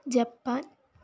Japan